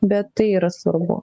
bet tai yra svarbu